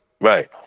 right